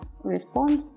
Respond